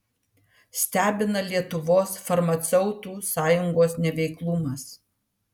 stebina lietuvos farmaceutų sąjungos neveiklumas